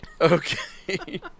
okay